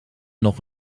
nog